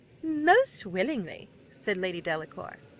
most willingly, said lady delacour.